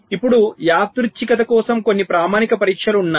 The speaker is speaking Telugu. ఇప్పుడు యాదృచ్ఛికత కోసం కొన్ని ప్రామాణిక పరీక్షలు ఉన్నాయి